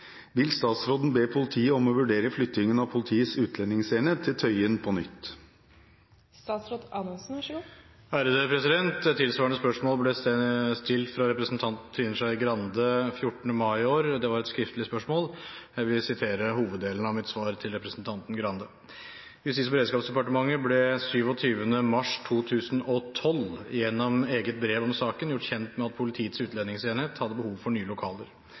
Vil statsråden be politiet om å vurdere flyttingen av Politiets utlendingsenhet til Tøyen på nytt?» Et tilsvarende spørsmål ble stilt fra representanten Trine Skei Grande 14. mai i år – det var et skriftlig spørsmål – og jeg vil sitere hoveddelen av mitt svar til representanten Grande: «JD ble 27.3.2012 gjennom eget brev om saken gjort kjent med at Politiets utlendingsenhet hadde behov for nye lokaler,